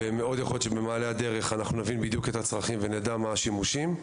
ומאוד יכול להיות שבמעלה הדרך נבין בדיוק את הצרכים ונדע מה השימושים.